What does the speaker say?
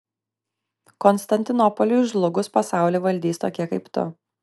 konstantinopoliui žlugus pasaulį valdys tokie kaip tu